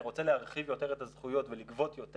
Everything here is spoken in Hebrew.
אני רוצה להרחיב יותר את הזכויות ולגבות יותר.